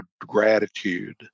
gratitude